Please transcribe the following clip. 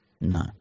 No